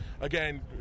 Again